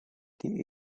the